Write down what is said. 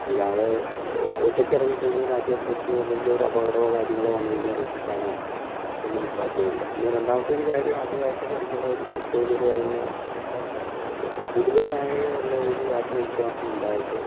അല്ലാതെ ഇപ്പോൾ ഒറ്റയ്ക്ക് ഇറങ്ങി കഴിഞ്ഞാൽ ആദ്യമായിട്ടു പഠിച്ച എന്തെങ്കിലും അപകടമോ കാര്യങ്ങളോ വന്നു കഴിഞ്ഞാൽ രക്ഷിക്കാനോ ഒന്നും സാധ്യമല്ല പിന്നെ രണ്ടാമത്തൊരു കാര്യം ആദ്യമായിട്ടു പഠിക്കുന്നവർ ചെയ്യുന്ന ഒരു കാര്യം എന്നു പറഞ്ഞ കൂടുതലായി ഉള്ള ഒരു ആത്മവിശ്വാസമുണ്ടായിട്ട്